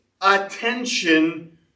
attention